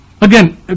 again